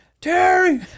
Terry